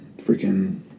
freaking